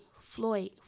Floyd